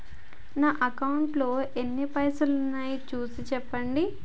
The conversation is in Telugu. నా అకౌంట్లో ఎన్ని పైసలు ఉన్నాయి చూసి చెప్పండి?